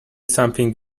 something